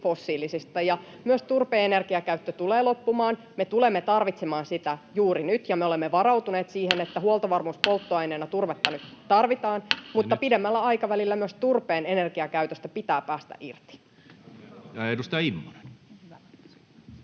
myös turpeen energiakäyttö tulee loppumaan. Me tulemme tarvitsemaan sitä juuri nyt, ja me olemme varautuneet siihen, että huoltovarmuuspolttoaineena turvetta nyt tarvitaan, mutta pidemmällä aikavälillä myös turpeen energiakäytöstä pitää päästä irti.